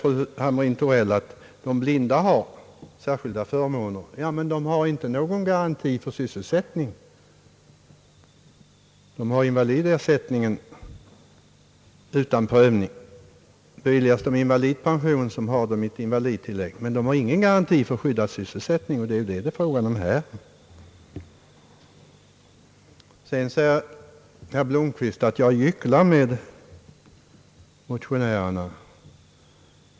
Fru Hamrin-Thorell säger att de blinda har särskilda förmåner. Ja, men de har inte någon garanti för sysselsättning. De får invalidersättning utan prövning. Om de får invalidpension har de ett invalidtillägg, men de har ingen garanti för skyddad sysselsättning, och det är det frågan gäller nu. Herr Blomquist säger att jag gycklar med motionärerna.